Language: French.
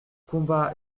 combat